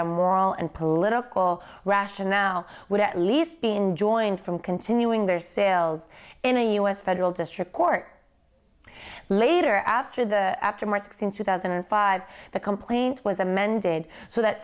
moral and political rationale would at least been joined from continuing their sales in a u s federal district court later after the after months in two thousand and five the complaint was amended so that